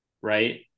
right